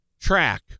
track